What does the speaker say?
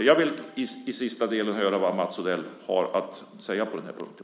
Jag vill alltså avslutningsvis höra vad Mats Odell har att säga på den här punkten.